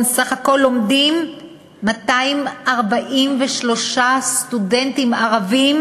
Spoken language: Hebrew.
סך הכול לומדים 243 סטודנטים ערבים,